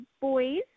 boys